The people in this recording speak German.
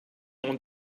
und